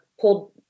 pulled